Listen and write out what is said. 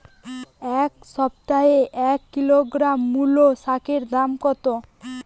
এ সপ্তাহে এক কিলোগ্রাম মুলো শাকের দাম কত?